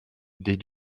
des